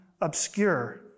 obscure